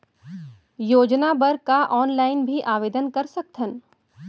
योजना बर का ऑनलाइन भी आवेदन कर सकथन?